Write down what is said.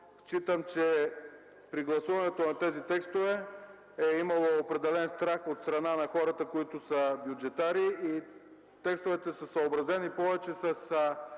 считам, че при гласуването на тези текстове е имало определен страх от страна на хората, които са бюджетари, и текстовете са съобразени повече с